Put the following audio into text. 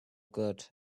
good